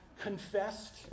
confessed